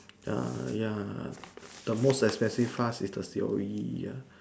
ya ya the most expensive is the C_O